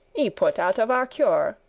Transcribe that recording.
y-put out of our cure.